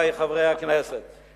קיבלת כבר שכונה.